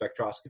spectroscopy